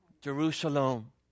Jerusalem